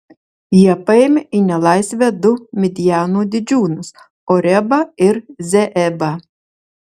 jie paėmė į nelaisvę du midjano didžiūnus orebą ir zeebą